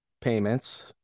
payments